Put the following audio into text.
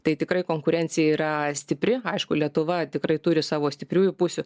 tai tikrai konkurencija yra stipri aišku lietuva tikrai turi savo stipriųjų pusių